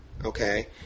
Okay